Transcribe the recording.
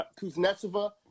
Kuznetsova